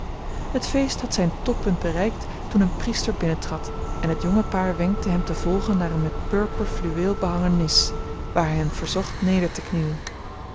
het feest had zijn toppunt bereikt toen een priester binnentrad en het jonge paar wenkte hem te volgen naar een met purper fluweel behangen nis waar hij hen verzocht neder te knielen